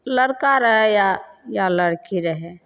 लड़का रहै या या लड़की रहै